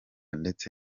ndetse